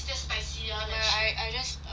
nevermind I I just um